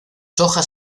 hojas